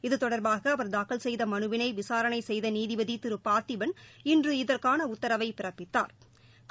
இது தொடர்பாக அவர் தாக்கல் செய்த மனுவினை விசாரணை செய்த நீதிபதி திரு பார்த்தீபன் இன்று இதற்கான உத்தரவை பிறப்பித்தாா்